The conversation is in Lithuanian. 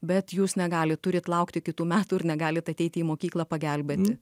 bet jūs negalit turit laukti kitų metų ir negalit ateiti į mokyklą pagelbėti